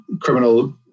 criminal